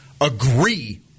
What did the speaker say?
agree –